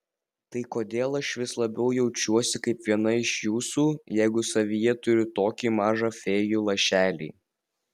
tai kodėl aš vis labiau jaučiuosi kaip viena iš jūsų jeigu savyje turiu tokį mažą fėjų lašelį